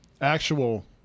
Actual